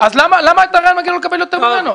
למה לתיירן מגיע לקבל יותר ממנו?